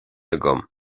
agam